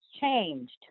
changed